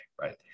right